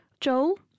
Joel